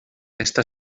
està